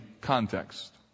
context